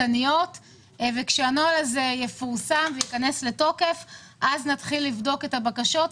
פרטניות וכשהנוהל הזה יפורסם וייכנס לתוקף אז נתחיל לבדוק הבקשות.